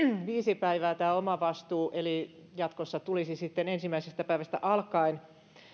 viisi päivää eli jatkossa tulisi sitten ensimmäisestä päivästä alkaen